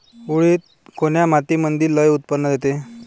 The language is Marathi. उडीद कोन्या मातीमंदी लई उत्पन्न देते?